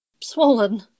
swollen